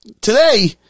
today